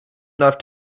enough